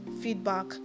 feedback